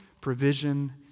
provision